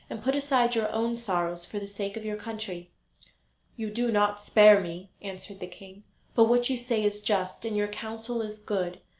and put aside your own sorrows for the sake of your country you do not spare me answered the king but what you say is just, and your counsel is good.